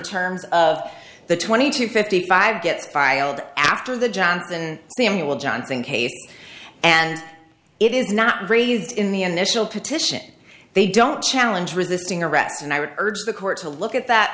terms of the twenty two fifty five get by old after the johnson samuel johnson case and it is not raised in the initial petition they don't challenge resisting arrest and i would urge the court to look at that